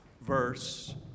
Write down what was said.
verse